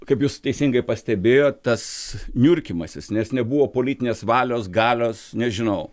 kaip jūs teisingai pastebėjot tas niurkymasis nes nebuvo politinės valios galios nežinau